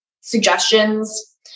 suggestions